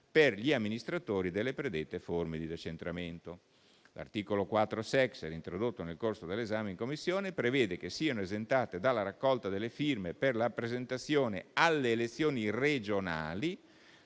per gli amministratori delle predette forme di decentramento. L'articolo 4-*sexies,* introdotto nel corso dell'esame in Commissione, prevede che siano esentate dalla raccolta delle firme per la presentazione alle elezioni regionali